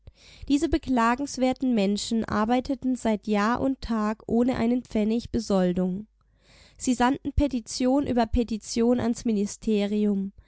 diese beklagenswerten menschen arbeiteten seit jahr und tag ohne einen pfennig besoldung sie sandten petition über petition ans ministerium